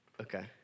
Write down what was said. Okay